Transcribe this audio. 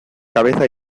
cabeza